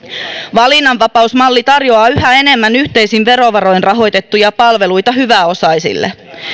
valinnanvapausmalli tarjoaa yhä enemmän yhteisin verovaroin rahoitettuja palveluita hyväosaisille